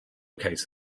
case